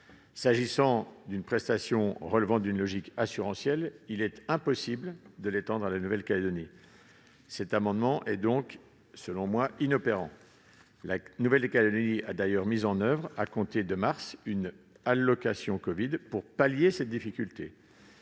S'agissant d'une prestation relevant d'une logique assurantielle, il est impossible de l'étendre à la Nouvelle-Calédonie. Cet amendement est donc, selon moi, inopérant. La Nouvelle-Calédonie a d'ailleurs mis en oeuvre, à compter de mars, une allocation covid pour pallier cette difficulté.